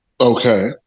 okay